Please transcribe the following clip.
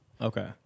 okay